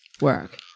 work